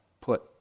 put